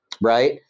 right